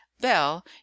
bell